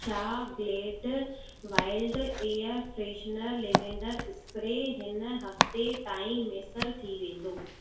छा Glade wild air freshener lavender spray हिन हफ़्ते ताईं मुयसरु थी वेंदो